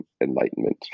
enlightenment